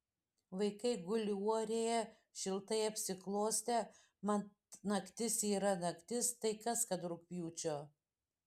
vaikai guli uorėje šiltai apsiklostę mat naktis yra naktis tai kas kad rugpjūčio